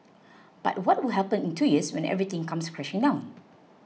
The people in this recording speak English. but what will happen in two years when everything comes crashing down